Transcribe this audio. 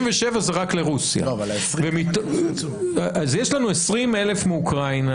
אז יש לנו 20,000 מאוקראינה,